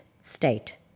state